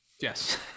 Yes